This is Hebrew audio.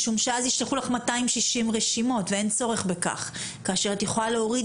משום שאז ישלחו לך 260 רשימות ואין צורך בכך כאשר את יכולה להוריד